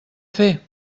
fer